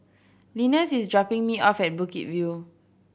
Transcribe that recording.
Linus is dropping me off at Bukit View